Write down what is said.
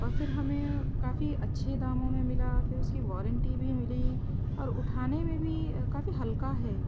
اور پھر ہمیں کافی اچھے داموں میں ملا پھر اس کی وارنٹی بھی ملی اور اٹھانے میں بھی کافی ہلکا ہے